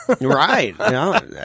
Right